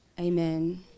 Amen